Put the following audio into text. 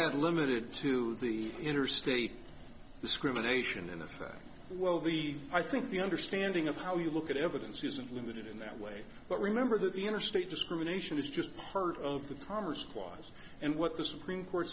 that limited to the interstate discrimination in effect well the i think the understanding of how you look at evidence isn't limited in that way but remember that the interstate discrimination is just part of the commerce clause and what the supreme court